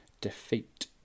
defeat